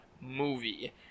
movie